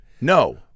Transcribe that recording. no